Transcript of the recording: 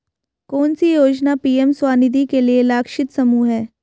कौन सी योजना पी.एम स्वानिधि के लिए लक्षित समूह है?